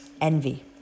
Envy